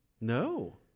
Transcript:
No